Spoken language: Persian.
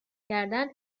کردن